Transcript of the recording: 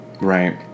right